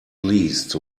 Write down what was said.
least